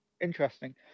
interesting